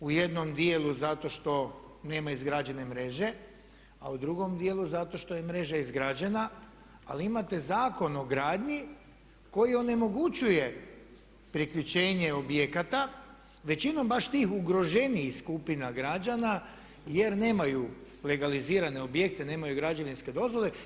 U jednom dijelu zato što nema izgrađene mreže a u drugom dijelu zato što je mreža izgrađena ali imate Zakon o gradnji koji onemogućuje priključenje objekata većinom baš tih ugroženijih skupina građana jer nemaju legalizirane objekte, nemaju građevinske dozvole.